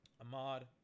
Ahmad